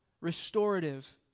restorative